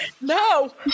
no